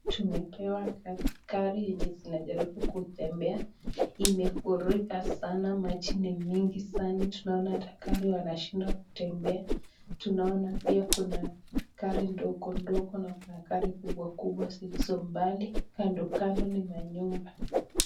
Tumepewa gari yenye inajaribu kutembelea, imefurika sana maji ni mingi tunaona hata gari imeshindwa kutembea tunaona pia kuna gari ndogo ndogo na kuna gari kubwa kubwa zilizo mbali kando kando ni manyumba.